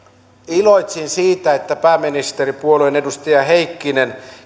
iloitsin siitä että pääministeripuolueen edustaja heikkinen